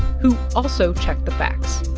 who also checked the facts.